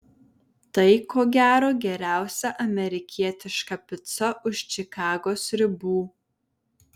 tai ko gero geriausia amerikietiška pica už čikagos ribų